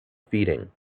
feeding